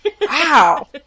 wow